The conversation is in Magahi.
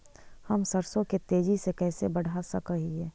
हम सरसों के तेजी से कैसे बढ़ा सक हिय?